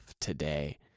today